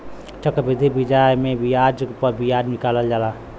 चक्रवृद्धि बियाज मे बियाज प बियाज निकालल जाला